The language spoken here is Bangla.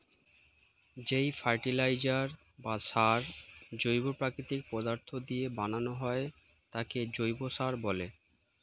যেই ফার্টিলাইজার বা সার জৈব প্রাকৃতিক পদার্থ দিয়ে বানানো হয় তাকে জৈব সার বলে